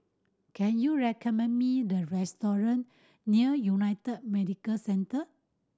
can you recommend me the restaurant near United Medicare Centre